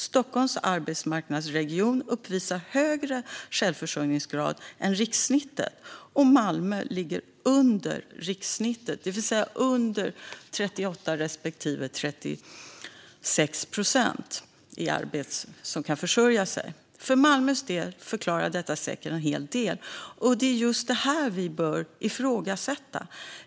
Stockholms arbetsmarknadsregion uppvisar högre självförsörjningsgrad än rikssnittet och Malmö ligger under rikssnittet." Malmö ligger alltså under 38 respektive 36 procent när det gäller individer som kan försörja sig. För Malmös del förklarar detta säkert en hel del, och det är just det här vi bör ifrågasätta.